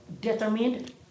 determined